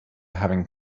having